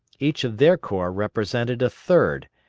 each of their corps represented a third,